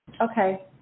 okay